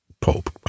Pope